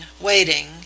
waiting